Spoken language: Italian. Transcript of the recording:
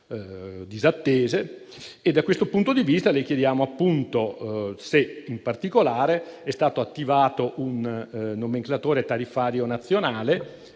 Da questo punto di vista, le chiediamo in particolare se è stato attivato un nomenclatore tariffario nazionale,